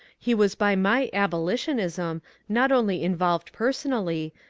he was by my abolitionism not only involved personally,